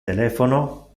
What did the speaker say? telephono